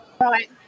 right